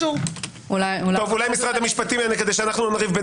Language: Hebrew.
אולי משרד המשפטים ינמק כדי שלא נריב.